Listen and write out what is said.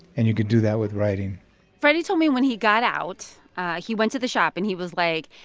and you could do that with writing freddy told me when he got out he went to the shop and he was like,